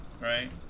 right